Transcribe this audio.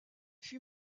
fut